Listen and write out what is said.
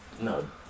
No